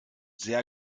sehr